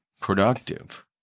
productive